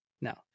No